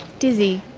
dizzy,